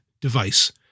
device